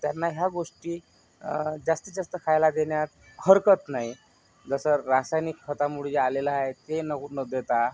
त्यांना ह्या गोष्टी जास्तीत जास्त खायला देण्यात हरकत नाही जसं रासायनिक खतामुळे जे आलेला आहे ते न न देता